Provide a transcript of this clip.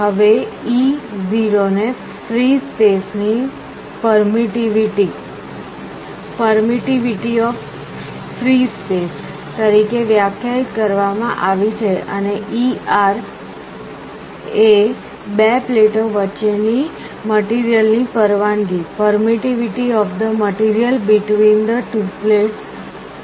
હવે e 0 ને free space ની પરમિટિવિટી તરીકે વ્યાખ્યાયિત કરવામાં આવી છે અને e r એ બે પ્લેટો વચ્ચે ની મટીરીઅલની પરવાનગી છે